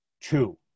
two